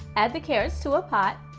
add the carrots to a pot,